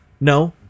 No